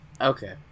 Okay